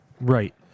Right